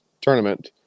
tournament